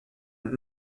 und